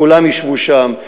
כולם ישבו שם,